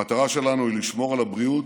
המטרה שלנו היא לשמור על הבריאות,